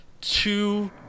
two